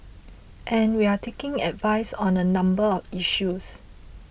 and we're taking advice on a number of issues